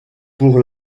pour